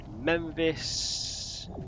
Memphis